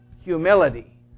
Humility